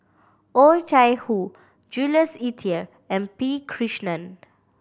Oh Chai Hoo Jules Itier and P Krishnan